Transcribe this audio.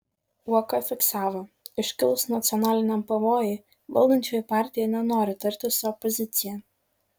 uoka fiksavo iškilus nacionaliniam pavojui valdančioji partija nenori tartis su opozicija